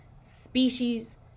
species